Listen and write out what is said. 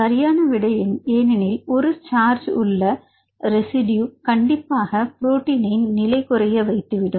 சரியான விடை ஏனெனில் ஒரு சார்ஜ் உள்ளரெசிடியோ கண்டிப்பாக புரோட்டீனை நிலை குறைய வைத்துவிடும்